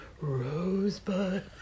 Rosebud